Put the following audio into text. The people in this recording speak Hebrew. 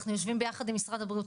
אנחנו יושבים ביחד עם משרד הבריאות.